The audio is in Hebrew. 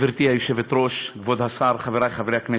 גברתי היושבת-ראש, כבוד השר, חברי חברי הכנסת,